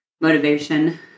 motivation